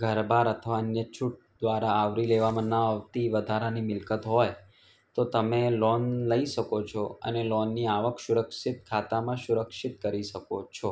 ઘરબાર અથવા અન્ય છૂટ દ્વારા આવરી લેવામાં ન આવતી વધારાની મિલકત હોય તો તમે લોન લઈ શકો છો અને લોનની આવક સુરક્ષિત ખાતામાં સુરક્ષિત કરી શકો છો